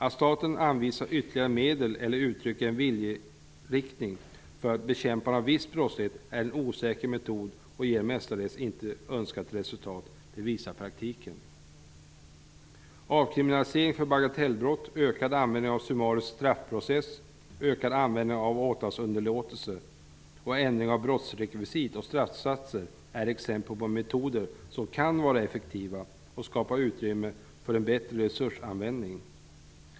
Att staten anvisar ytterligare medel eller uttrycker en viljeriktning för bekämpande av viss brottslighet är en osäker metod som mestadels inte ger önskat resultat, vilket praktiken visar. Avkriminalisering av bagatellbrott, ökad användning av summarisk straffprocess, ökad användning av åtalsunderlåtelse och ändring av brottsrekvisit och straffsatser är exempel på metoder som kan vara effektiva och som skapar utrymme för en bättre resursanvändning.